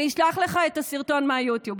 אני אשלח לך את הסרטון מיוטיוב.